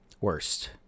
Worst